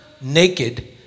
naked